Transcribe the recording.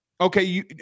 Okay